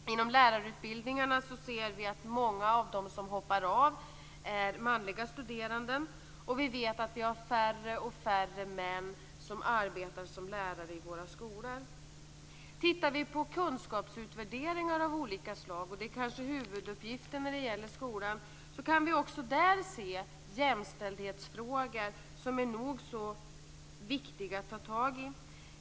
Vi ser att många av dem som hoppar av inom lärarutbildningarna är manliga studerande. Det är också färre och färre män som arbetar som lärare i våra skolor. Också i kunskapsutvärderingar av olika slag, som gäller det som kanske är skolans huvuduppgift, kan vi finna jämställdhetsfrågor som är nog så viktiga att ta tag i.